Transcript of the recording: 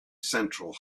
central